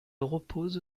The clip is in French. repose